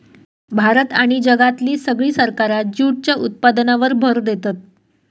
भारत आणि जगातली सगळी सरकारा जूटच्या उत्पादनावर भर देतत